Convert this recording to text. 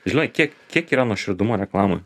žinai kiek kiek yra nuoširdumo reklamoj